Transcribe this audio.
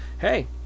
hey